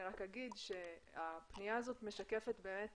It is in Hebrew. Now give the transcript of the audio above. אני רק אגיד שהפנייה הזאת משקפת באמת